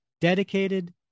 Dedicated